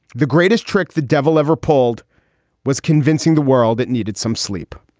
the greatest trick the devil ever pulled was convincing the world that needed some sleep.